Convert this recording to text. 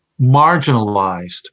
marginalized